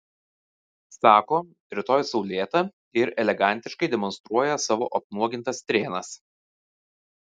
sako rytoj saulėta ir elegantiškai demonstruoja savo apnuogintas strėnas